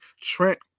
Trent